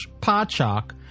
Podshock